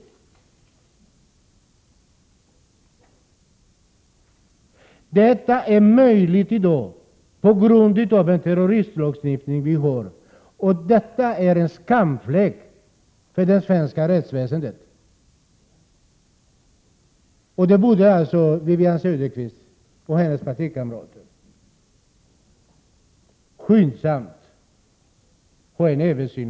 Att detta är möjligt i dag på grund av den terroristlagstiftning vi har är en skamfläck för det svenska rättsväsendet. På den punkten borde Wivi-Anne Cederqvist och hennes partikamrater skyndsamt få till stånd en översyn.